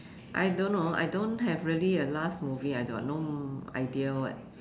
I don't know I don't have really a last movie I got no idea what